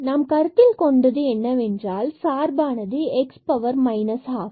நாம் கருத்தில் கொண்டது என்னவென்றால் சார்பானது x power minus half ஆகும்